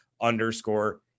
underscore